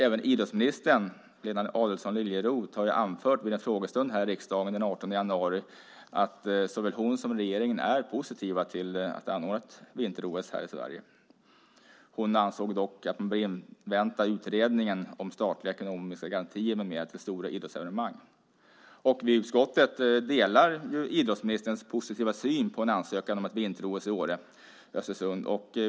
Även idrottsminister Lena Adelsohn Liljeroth har vid en frågestund här i riksdagen den 18 januari anfört att såväl hon som regeringen är positiva till att anordna ett vinter-OS här i Sverige. Hon ansåg dock att man bör invänta utredningen om statliga ekonomiska garantier med mera till stora idrottsevenemang. Vi i utskottet delar idrottsministerns positiva syn på en ansökan om ett vinter-OS i Åre och Östersund.